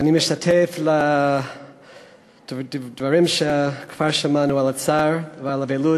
אני משתתף בדברים שכבר שמענו על הצער ועל האבלות